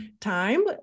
time